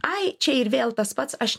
ai čia ir vėl tas pats aš